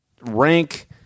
Rank